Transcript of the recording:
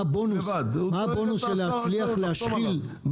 מה הבונוס של להצליח להשחיל?